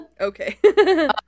Okay